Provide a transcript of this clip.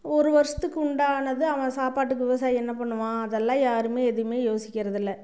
ஒரு வருஷத்துக்கு உண்டானது அவன் சாப்பாட்டுக்கு விவசாயி என்ன பண்ணுவான் அதெல்லாம் யாருமே எதுவுமே யோசிக்கிறதில்லை